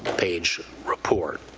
page report.